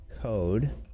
code